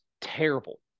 terrible